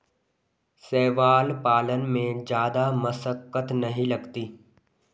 शैवाल पालन में जादा मशक्कत नहीं लगती